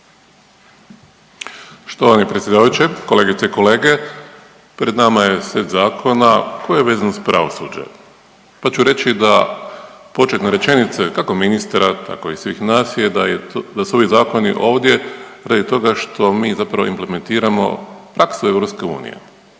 Štovani predsjedavajući, kolegice i kolege. Pred nama je set zakona koji je vezan uz pravosuđe pa ću reći da početne rečenice, kako ministra, tako i svih nas je da je, da su ovi zakoni ovdje radi toga što mi zapravo implementiramo praksu EU.